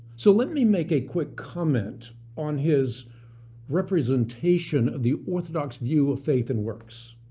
so let me make a quick comment on his representation of the orthodox view of faith and works